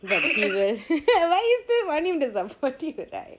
but he will why are you still மானிம்ட:manimta supportive right